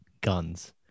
guns